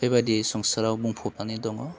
बेबायदि संसाराव बुंफबनानै दङ